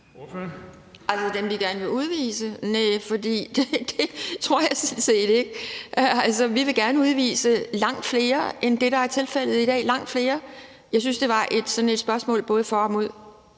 dem, vi gerne vil udvise? Næh, for det tror jeg sådan set ikke. Vi vil gerne udvise langt flere end det, der er tilfældet i dag – langt flere. Jeg synes, det var et spørgsmål både for og imod.